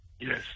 Yes